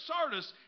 Sardis